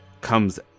comes